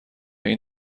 این